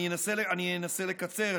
אני אנסה לקצר,